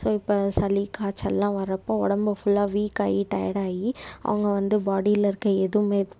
so இப்போ சளி காச்சல்லாம் வரப்போ உடம்பு ஃபுல்லாக வீக்காகி டயடாயி அவங்க வந்து பாடியில இருக்க எதுவுமே